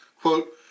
Quote